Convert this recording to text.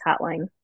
hotline